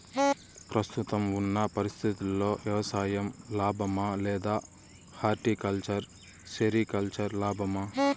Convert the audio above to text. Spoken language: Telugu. ప్రస్తుతం ఉన్న పరిస్థితుల్లో వ్యవసాయం లాభమా? లేదా హార్టికల్చర్, సెరికల్చర్ లాభమా?